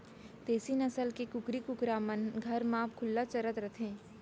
देसी नसल के कुकरी कुकरा मन घर म खुल्ला चरत रथें